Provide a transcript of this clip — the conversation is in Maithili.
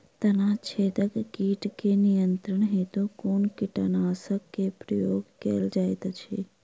तना छेदक कीट केँ नियंत्रण हेतु कुन कीटनासक केँ प्रयोग कैल जाइत अछि?